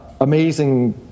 amazing